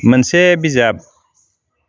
मोनसे बिजाब